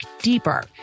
deeper